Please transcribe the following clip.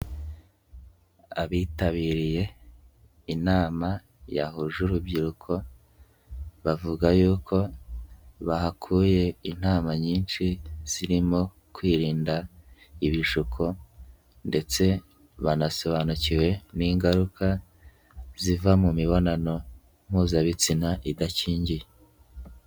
Abitabiriye inama yahuje urubyiruko bavuga y'uko bahakuye inama nyinshi zirimo kwirinda ibishuko ndetse banasobanukiwe n'ingaruka ziva mu mibonano mpuzabitsina idakingiye.